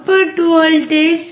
output voltage Vout